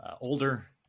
older